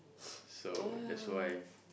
so that's why